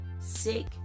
sick